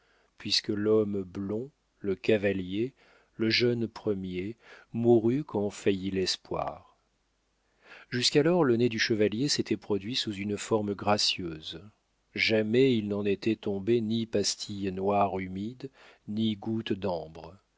puisque l'homme blond le cavalier le jeune premier mourut quand faillit l'espoir jusqu'alors le nez du chevalier s'était produit sous une forme gracieuse jamais il n'en était tombé ni pastille noire humide ni goutte d'ambre